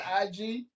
IG